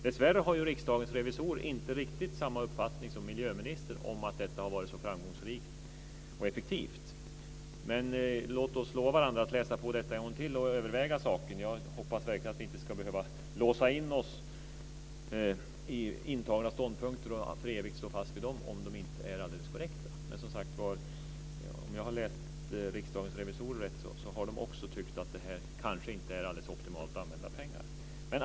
Dessvärre har riksdagens revisorer inte riktigt samma uppfattning som miljöministern om att detta har varit så framgångsrikt och effektivt. Låt oss lova varandra att läsa på detta en gång till och överväga saken. Jag hoppas verkligen att vi inte ska behöva låsa oss i intagna ståndpunkter och för evigt stå fast vid dem om de inte är alldeles korrekta. Men, som sagt, om jag har läst riksdagens revisorer rätt, har de också tyckt att det här kanske inte är alldeles optimalt använda pengar.